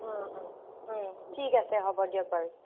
ঠিক আছে হ'ব দিয়ক বাৰু